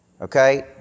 okay